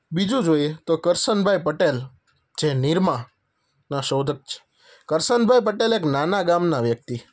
બીજું જોઈએ તો કરસનભાઈ પટેલ જે નિરમા ના શોધક છે કરસનભાઈ પટેલ એક નાના ગામના વ્યક્તિ